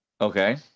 Okay